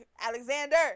alexander